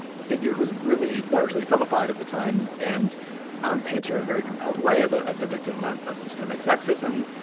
figured was really largely vilified at the time and um painted in a very compelling way as so as a victim of of systemic sexism.